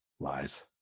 Lies